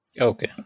Okay